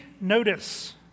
notice